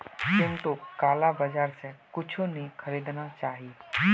चिंटूक काला बाजार स कुछू नी खरीदना चाहिए